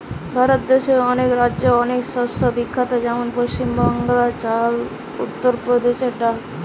ভারত দেশে অনেক রাজ্যে অনেক শস্য বিখ্যাত যেমন পশ্চিম বাংলায় চাল, উত্তর প্রদেশে ডাল